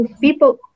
people